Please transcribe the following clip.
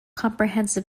comprehensive